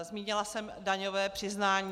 Zmínila jsem daňové přiznání.